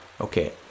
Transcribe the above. Okay